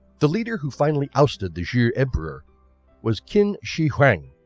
the leader who finally ousted the zhou emperor was qin shi huang.